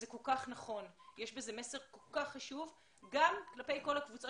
זה כל כך נכון ויש בזה מסר כל כך חשוב גם כלפי כל הקבוצות